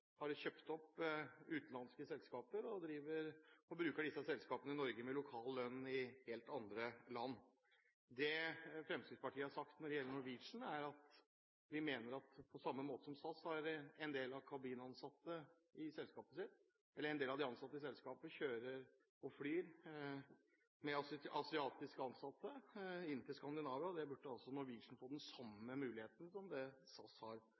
har kjøpt opp utenlandske selskaper, og bruker disse selskapene i Norge med lokal lønn i helt andre land. Det Fremskrittspartiet har sagt når det gjelder Norwegian, er at Norwegian, på samme måte som SAS – som flyr med delvis asiatisk ansatte inn til Skandinavia – også burde ha den samme muligheten på sine flyvninger. Det som